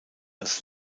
als